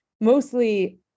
mostly